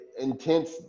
intense